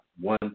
one